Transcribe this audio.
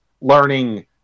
learning